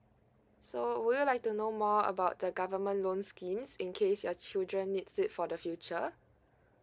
so would you like to know more about the government loan schemes in case your children needs it for the future